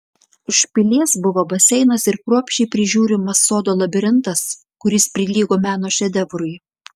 už pilies buvo baseinas ir kruopščiai prižiūrimas sodo labirintas kuris prilygo meno šedevrui